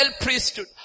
priesthood